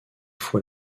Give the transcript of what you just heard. fois